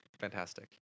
Fantastic